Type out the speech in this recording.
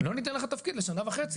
לא ניתן לך תפקיד לשנה וחצי.